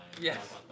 Yes